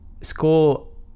school